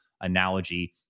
analogy